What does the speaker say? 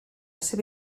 seva